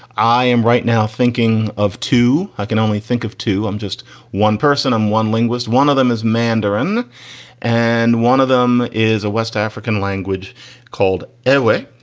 i am right now thinking of two. i can only think of two. i'm just one person and one linguist. one of them is mandarin and one of them is a west african language called anyway.